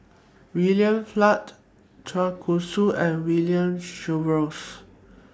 William Flint Chua Koon Siong and William Jervois